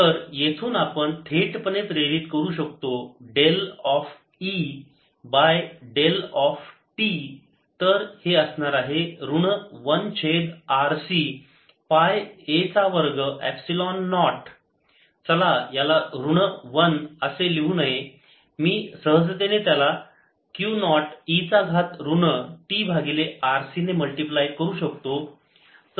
तर येथून आपण थेटपणे प्रेरित करू शकतो del of E by del of t तर हे असणार आहे ऋण 1 छेद RC पाय a चा वर्ग एपसिलोन नॉट चला याला ऋण 1 असे लिहू नये मी सहजतेने त्याला Q नॉट E चा घात ऋण t भागिले RC ने मल्टिप्लाय करू शकतो